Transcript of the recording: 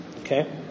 Okay